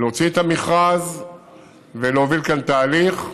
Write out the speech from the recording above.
להוציא את המכרז ולהוביל כאן תהליך.